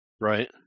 right